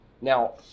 Now